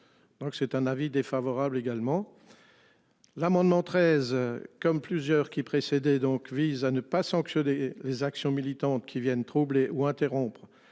Donc c'est un avis défavorable également. L'amendement 13, comme plusieurs qui précédait donc vise à ne pas sanctionner les actions militantes qui viennent troubler ou interrompre